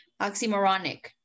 Oxymoronic